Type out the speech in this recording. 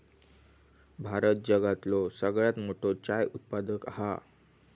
भारत जगातलो सगळ्यात मोठो चाय उत्पादक हा